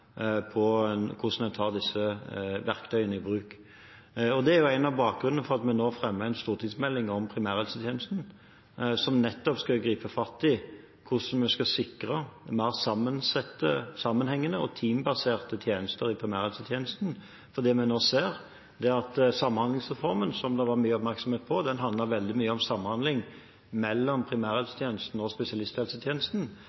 på samme måte som ordningen med individuell plan, som er en ordning som ble innført for enda lengre tid siden, og som skulle rette opp i disse forholdene, er det stor variasjon mellom kommunene i hvordan en tar disse verktøyene i bruk. Det er noe av bakgrunnen for at vi nå fremmer en stortingsmelding om primærhelsetjenesten, som nettopp skal gripe fatt i hvordan vi skal sikre mer sammensatte, sammenhengende og teambaserte tjenester i primærhelsetjenesten. Det vi nå ser,